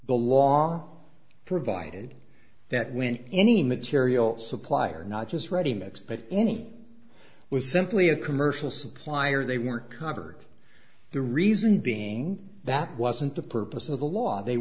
law provided that when any material supplier not just ready mix but any was simply a commercial supplier they weren't covered the reason being that wasn't the purpose of the law they